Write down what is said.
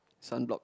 sun block